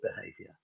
behavior